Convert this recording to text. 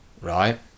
right